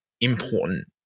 important